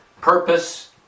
purpose